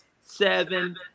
seven